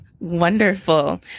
Wonderful